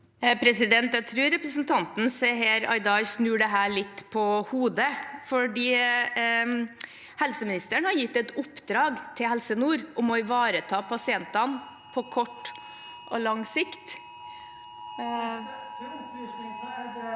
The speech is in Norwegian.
Jeg tror repre- sentanten Seher Aydar snur dette litt på hodet. Helseministeren har gitt et oppdrag til Helse nord om å ivareta pasientene på kort og lang sikt